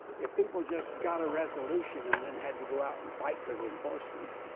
if people just got a resolution and then had to go out and fight for the enforcement,